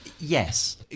Yes